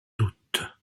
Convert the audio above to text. doute